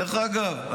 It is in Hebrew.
דרך אגב,